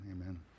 amen